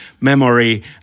memory